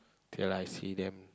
till I see them